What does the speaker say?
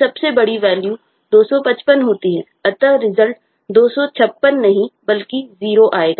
सबसे बड़ी वैल्यू 255 होती है अतः रिजल्ट 256 नहीं बल्कि 0 आएगा